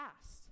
past